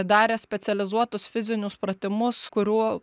darė specializuotus fizinius pratimus kurių